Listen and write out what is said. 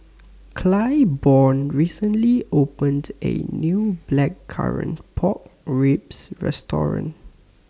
Claiborne recently opened A New Blackcurrant Pork Ribs Restaurant